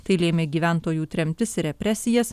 tai lėmė gyventojų tremtis ir represijas